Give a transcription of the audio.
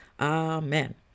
amen